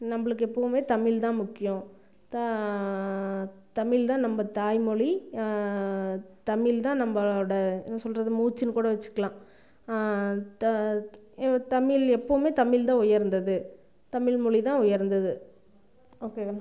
நம்மளுக்கு எப்பவுமே தமிழ் தான் முக்கியம் த தமிழ் தான் நம்ம தாய்மொழி தமிழ் தான் நம்மளோட என்ன சொல்வது மூச்சுன் கூட வச்சுக்கலாம் த தமிழ் எப்பவுமே தமிழ் தான் உயர்ந்தது தமிழ் மொழி தான் உயர்ந்தது ஓகேவா